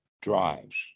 drives